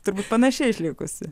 turbūt panaši išlikusi